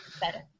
Better